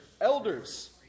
Elders